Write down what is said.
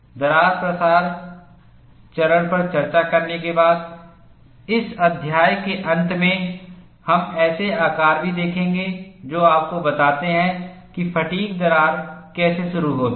दरार प्रसार चरण पर चर्चा करने के बाद इस अध्याय के अंत में हम ऐसे आकार भी देखेंगे जो आपको बताते हैं कि फ़ैटिग् दरार कैसे शुरू होती है